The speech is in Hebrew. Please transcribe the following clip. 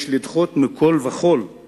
יש לדחות מכול וכול את